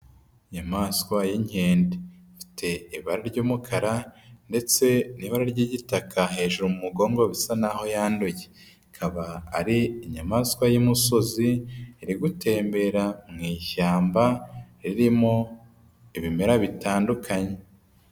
Inyamaswa y'inkende. Ifite ibara ry'umukara ndetse n'ibara ry'igitaka, hejuru mu mugongo bisa naho yanduye. Ikaba ari inyamaswa y'umusozi iri gutembera mu ishyamba ririmo ibimera bitandukanye.